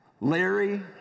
Larry